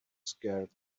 scared